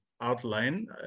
outline